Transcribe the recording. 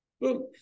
boom